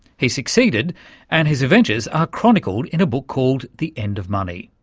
he succeeded and his adventures are chronicled in a book called the end of money.